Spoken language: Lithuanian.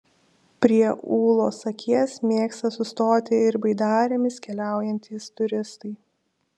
prie ūlos akies mėgsta sustoti ir baidarėmis keliaujantys turistai